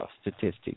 statistics